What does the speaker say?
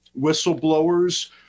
whistleblowers